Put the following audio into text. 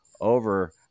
over